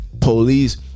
police